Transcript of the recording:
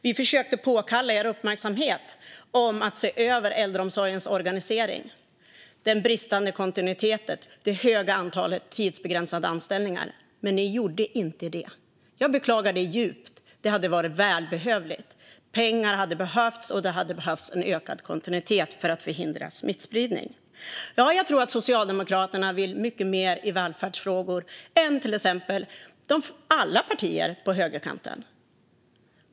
Vi försökte påkalla er uppmärksamhet om att se över organisationen inom äldreomsorgen, den bristande kontinuiteten och det höga antalet tidsbegränsade anställningar. Men ni gjorde inte det. Jag beklagar det djupt eftersom det hade varit välbehövligt. Pengar hade behövts, och det hade behövts ökad kontinuitet för att förhindra smittspridning. Jag tror att Socialdemokraterna vill mycket mer i välfärdsfrågor än alla partier på högerkanten.